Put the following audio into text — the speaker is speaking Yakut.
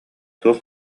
туох